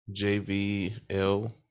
JVL